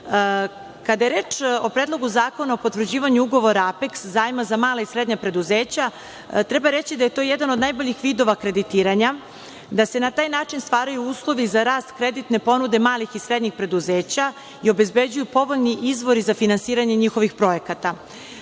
je reč o Predlogu zakona o potvrđivanju ugovora „Apeks“, zajma za mala i srednja preduzeća, treba reći da je to jedan od najboljih vidova kreditiranja. Na taj način se stvaraju uslovi za rast kreditne ponude malih i srednjih preduzeća i obezbeđuju povoljni izvori za finansiranje njihovih projekata.